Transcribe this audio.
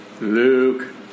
Luke